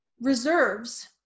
reserves